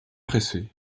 pressé